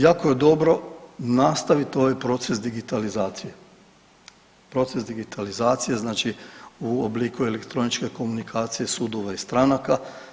Jako je dobro nastaviti ovaj proces digitalizacije, proces digitalizacije znači u obliku elektroničke komunikacije sudova i stranaka.